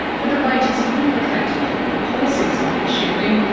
the debate is complicated, the policies have been shifting,